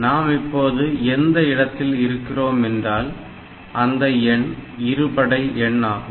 நாம் இப்போது எந்த இடத்தில் இருக்கிறோம் என்றால் அந்த எண் இரு படை எண் ஆகும்